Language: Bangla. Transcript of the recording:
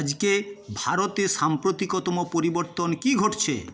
আজকে ভারতে সাম্প্রতিকতম পরিবর্তন কী ঘটছে